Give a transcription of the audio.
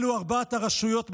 אלו ארבע הרשויות בתנ"ך,